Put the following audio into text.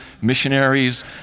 missionaries